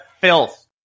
filth